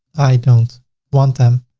i don't want them.